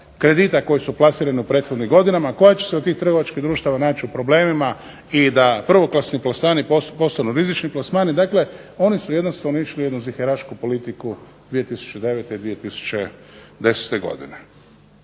kredita koji su plasirani u prethodnim godinama, koja će se od tih trgovačkih društava naći u problemima i da prvoklasni plasmani postanu rizični plasmani, dakle oni su jednostavno išli u jednu ziherašku politiku 20010. godine.